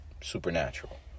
supernatural